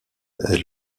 est